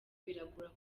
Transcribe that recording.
biragora